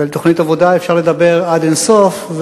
ועל תוכנית עבודה אפשר לדבר עד אין-סוף,